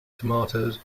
tomatoes